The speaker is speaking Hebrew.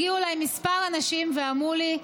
הגיעו אליי כמה אנשים ואמרו לי: